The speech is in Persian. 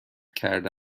کرده